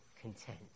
content